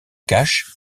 cache